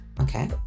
okay